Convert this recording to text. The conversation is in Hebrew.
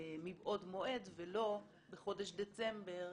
מבעוד מועד ולא בחודש דצמבר,